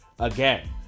Again